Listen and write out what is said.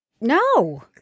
No